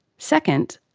second,